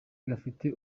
gafite